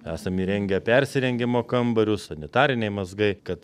esam įrengę persirengimo kambarius sanitariniai mazgai kad